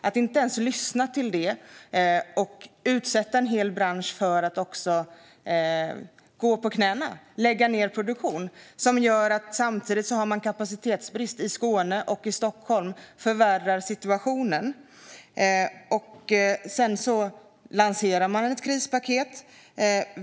Att inte ens lyssna till det utan låta en hel bransch gå på knäna och lägga ned produktion samtidigt som Skåne och Stockholm har kapacitetsbrist förvärrar situationen. Sedan lanserade man ett krispaket.